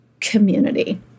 community